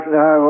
no